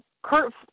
Kurt